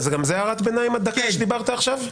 גם זאת הערת ביניים, הדקה שדיברת עכשיו?